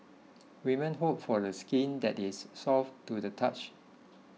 women hope for skin that is soft to the touch